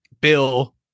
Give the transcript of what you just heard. Bill